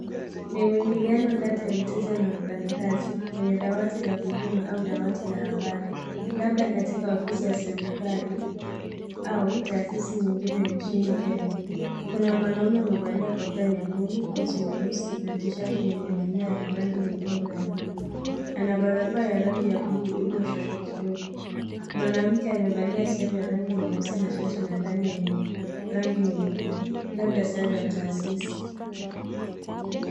Ni mwingiliano kati ya mteja na mfanyikazi kwenye dawati la huduama au la habari . Labda katika ofisi ya serikali au taasisi nyingine nchini Kenya . Kuna mwanaume amevalia kofia nyekundu na koti nyeusi na tishati yenye milio ya rangi nyekundu na buluu . Ana barakoa ya rangi ya buluu iliyoshuhwa kidogo. Mwanamke aliyevalia sweta nyeusi na shati .